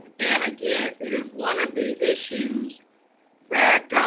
and again, it is one of these issues that